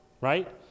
right